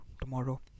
tomorrow